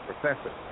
professor